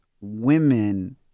women